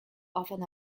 often